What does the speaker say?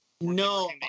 No